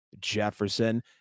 jefferson